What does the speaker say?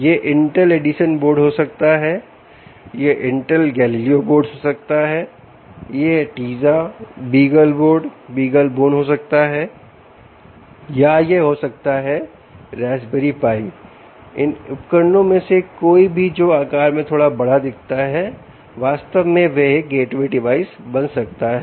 यह Intel Edison board हो सकता है यह Intel Galileo board हो सकता है यह teiza beagleboard beaglebone हो सकता है या यह हो सकता है raspberry pi इन उपकरणों में से कोई भी जो आकार में थोड़ा बड़ा दिखता है वास्तव में एक गेटवे डिवाइस बन सकता है